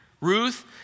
Ruth